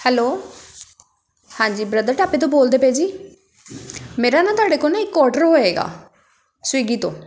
hello ਹਾਂਜੀ brother ਢਾਬੇ ਤੋਂ ਬੋਲਦੇ ਪਏ ਜੀ ਮੇਰਾ ਨਾ ਤੁਹਾਡੇ ਕੋਲ ਨਾ ਇੱਕ ਔਡਰ ਹੋਏਗਾ ਸਵਿਗੀ ਤੋਂ